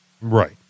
Right